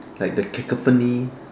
like the cacophony